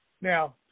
Now